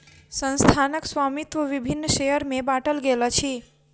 संस्थानक स्वामित्व विभिन्न शेयर में बाटल गेल अछि